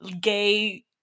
gay